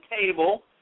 table